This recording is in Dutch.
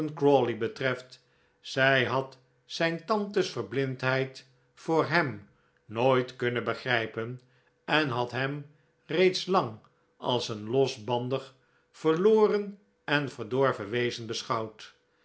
crawley betreft zij had zijn tante's verblindheid voor hem nooit kunnen begrijpen en had hem reeds lang als een losbandig verloren en verdorven wezen beschouwd